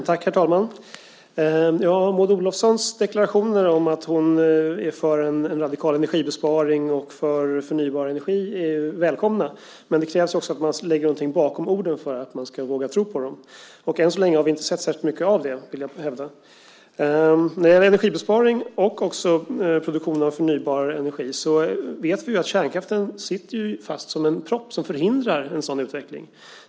Herr talman! Maud Olofssons deklarationer om att hon är för en radikal energibesparing och förnybar energi är välkomna, men det krävs också att man lägger något bakom orden för att vi ska våga tro på dem, och än så länge har vi inte sett särskilt mycket av det, vill jag hävda. När det gäller energibesparing, och också produktion av förnybar energi, vet vi ju att kärnkraften sitter fast som en propp som förhindrar en sådan utveckling.